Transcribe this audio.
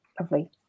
Lovely